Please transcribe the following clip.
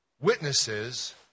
witnesses